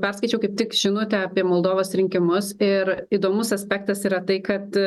perskaičiau kaip tik žinutę apie moldovos rinkimus ir įdomus aspektas yra tai kad